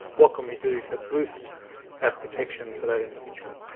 what can we do to boost that protection for that individual?